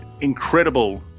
incredible